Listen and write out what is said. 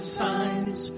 signs